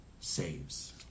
saves